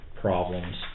problems